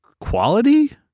quality